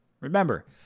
Remember